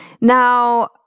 Now